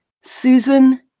Susan